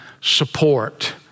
support